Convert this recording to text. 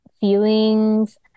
feelings